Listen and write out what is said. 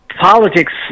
politics